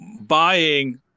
buying